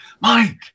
Mike